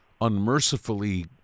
unmercifully